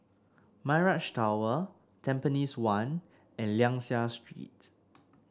Mirage Tower Tampines One and Liang Seah Street